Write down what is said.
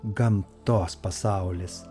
gamtos pasaulis